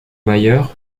mayer